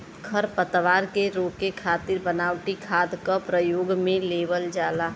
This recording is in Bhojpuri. खरपतवार के रोके खातिर बनावटी खाद क परयोग में लेवल जाला